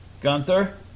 Gunther